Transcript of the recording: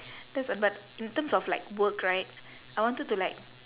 that's a but in terms of like work right I wanted to like